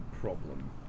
problem